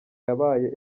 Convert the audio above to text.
yabaye